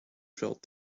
felt